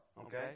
Okay